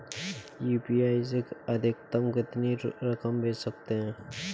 UPI से अधिकतम कितनी रकम भेज सकते हैं?